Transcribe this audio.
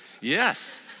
yes